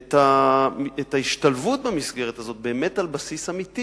את ההשתלבות במסגרת הזאת באמת על בסיס אמיתי